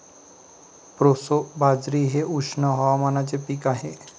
proso बाजरी हे उष्ण हवामानाचे पीक आहे